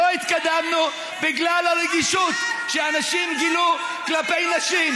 לא התקדמנו בגלל הרגישות שאנשים גילו כלפי נשים,